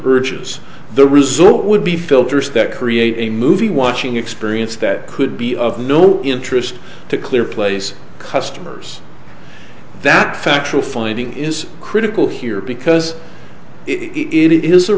urges the result would be filters that create a movie watching experience that could be of no interest to clear place customers that factual finding is critical here because it is a